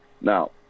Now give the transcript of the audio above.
now